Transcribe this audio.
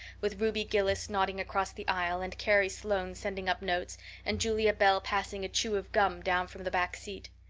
with ruby gillis nodding across the aisle and carrie sloane sending up notes and julia bell passing a chew of gum down from the back seat.